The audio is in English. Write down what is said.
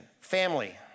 family